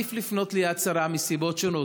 מעדיף לפנות ליד שרה מסיבות שונות,